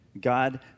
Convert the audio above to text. God